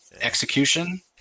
execution